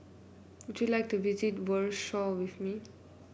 would you like to visit Warsaw with me